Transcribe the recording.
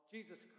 Jesus